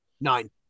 Nine